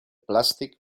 plastic